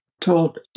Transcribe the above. told